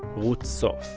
ruth sof.